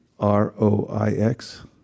R-O-I-X